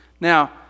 Now